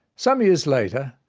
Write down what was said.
some years later,